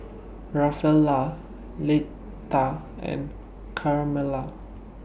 Rafaela Leitha and Carmella